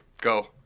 Go